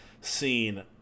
scene